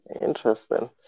Interesting